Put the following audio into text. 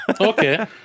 okay